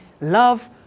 love